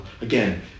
again